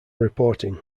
reporting